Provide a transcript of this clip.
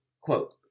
Quote